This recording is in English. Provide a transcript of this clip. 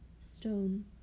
stone